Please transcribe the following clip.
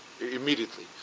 immediately